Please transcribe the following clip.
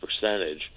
percentage